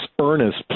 earnest